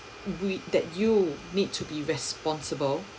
with that you need to be responsible